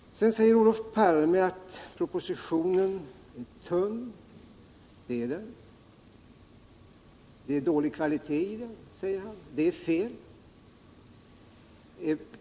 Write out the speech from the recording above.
Sedan säger Olof Palme att propositionen är tunn. Det är den. Den är av dålig kvalitet, säger han. Det är fel.